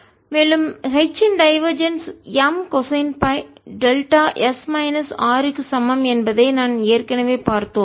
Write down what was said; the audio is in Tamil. மேலும் H இன் டைவர்ஜென்ஸ் M கொசைன் ஃபை டெல்டாS மைனஸ் R க்கு சமம் என்பதை நாம் ஏற்கனவே பார்த்தோம்